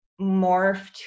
morphed